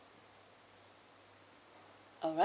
alright